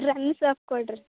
run soap ಕೊಡಿರಿ